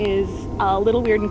in a little weird